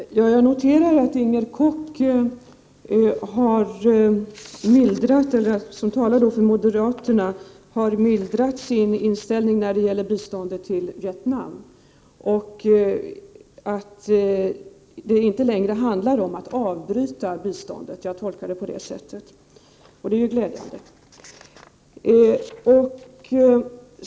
Herr talman! Jag noterar att Inger Koch, som talar för moderaterna, har 19 april 1989 mildrat sin inställning till biståndet till Vietnam. Det handlar således inte längre om att avbryta biståndet. Jag tolkar det på det sättet. Det är ju glädjande.